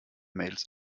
mails